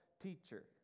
teacher